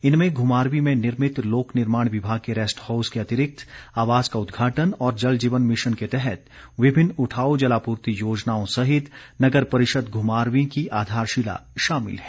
इनमें घुमारवीं में निर्मित लोक निर्माण विभाग के रेस्ट हाउस के अतिरिक्त आवास का उद्घाटन और जल जीवन मिशन के तहत विभिन्न उठाऊ जलापूर्ति योजनाओं सहित नगर परिषद घुमारवीं की आधारशिला शामिल हैं